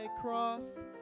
cross